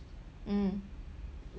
mm